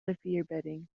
rivierbedding